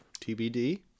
TBD